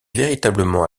véritablement